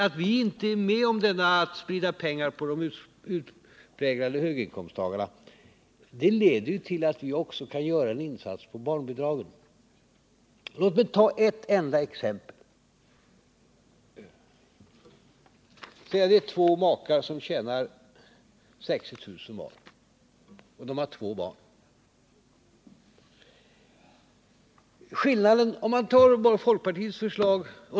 Att vi inte är med om detta — att sprida pengar till de utpräglade höginkomsttagarna — leder ju till att vi också kan göra en insats när det gäller barnbidragen. Låt mig ta ett enda exempel. Säg att det är två makar som tjänar 60 000 kr. var och att de har två barn.